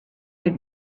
your